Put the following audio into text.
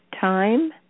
time